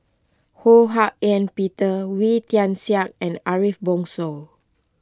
Ho Hak Ean Peter Wee Tian Siak and Ariff Bongso